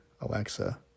Alexa